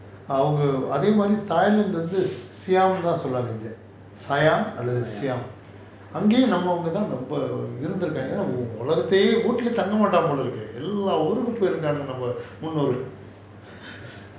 அதே மாரி:athae maari thailand வந்து:vanthu siam அல்லது:allathu siam siam அங்கேயும் நம்மவங்க தான் இருந்து இருகாங்க என உலகத்தையே வுட்டுலயே தங்க மாட்டாங்க போல எல்லா ஊருக்கும் போய் இருகாங்க நம்ம முன்னோர்கள்:angayum nammavanga thaan irunthu irukaanga yaena ulagathayae vutulayae thanga maataanga pola ella urukum poi irukanga namma munorgal